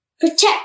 protect